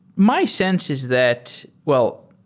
my sense is that well,